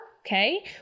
Okay